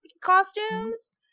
costumes